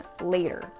later